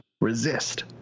Resist